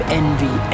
envy